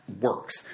works